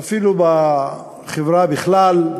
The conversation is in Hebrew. ואפילו בחברה בכלל,